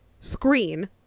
screen